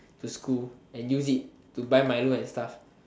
to school and use it to buy milo and stuff